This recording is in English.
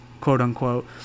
quote-unquote